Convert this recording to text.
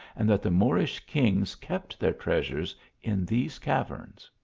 and that the moorish kings kept their treasures in these caverns.